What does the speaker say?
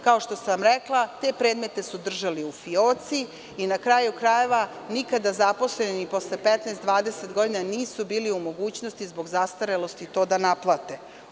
Kao što sam rekla, te predmete su držali u fioci i, na kraju krajeva, nikada zaposleni posle 15, 20 godina nisu bili u mogućnosti zbog zastarelosti to da naplate.